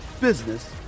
business